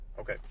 Okay